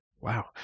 Wow